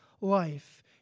life